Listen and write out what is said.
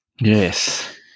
Yes